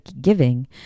giving